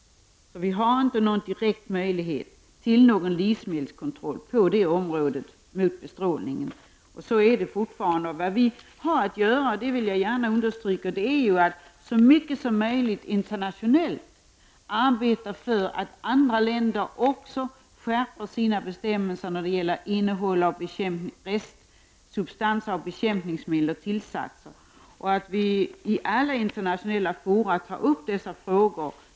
Vi har inte haft någon direkt möjlighet att bedriva livsmedelskontroll på detta område, dvs. mot bestrålningen, och det är fortfarande fallet. Det vi har att göra, och det vill jag gärna understryka, är att i största möjliga utsträckning arbeta internationellt för att andra länder också skärper sina bestämmelser om innehåll av restsubstanser av bekämpningsmedel och tillsatser i livsmedel. Vi bör i alla internationella fora ta upp dessa frågor.